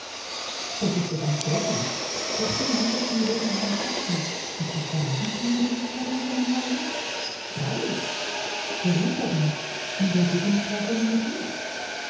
das ist ja ganz schrecklich doch du nanntest mir eben herrn jackson ist das der eigentümer dieses verrufenen hauses freilich wo wohnt er denn in der gibbonstraße nr